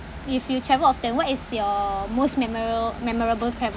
if you travel often what is your most memora~ memorable travel